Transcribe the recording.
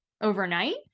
overnight